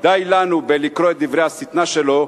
די לנו לקרוא את דברי השטנה שלו,